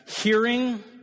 Hearing